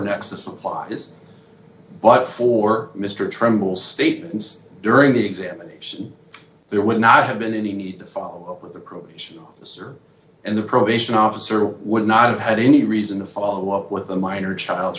next the supplies but for mr trumbull statements during the examination there would not have been any need to follow up with a probation officer and the probation officer would not have had any reason to follow up with a minor child's